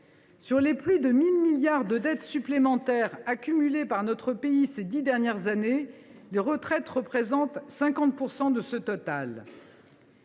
Sur les plus de 1 000 milliards d’euros de dette supplémentaires accumulés par notre pays ces dix dernières années, les retraites représentent 50 % du total.